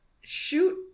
Shoot